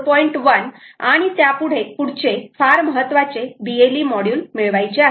1 आणि त्यापुढचे फार महत्त्वाचे BLE मॉड्यूल मिळवायचे आहे